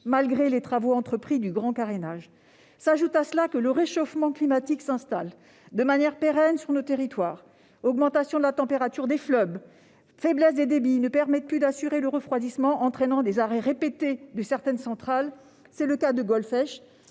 de travaux dans le cadre du « grand carénage ». S'ajoute à cela le fait que le réchauffement climatique s'installe de manière pérenne sur nos territoires : l'augmentation de la température des fleuves et la trop grande faiblesse des débits ne permettent plus d'assurer le refroidissement, entraînant des arrêts répétés de certaines centrales. C'est le cas de celle